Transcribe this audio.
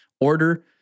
order